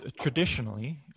traditionally